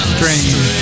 Strange